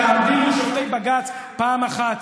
תעמדי מול שופטי בג"ץ פעם אחת